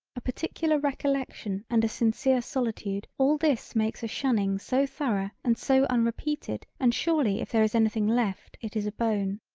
a particular recollection and a sincere solitude all this makes a shunning so thorough and so unrepeated and surely if there is anything left it is a bone.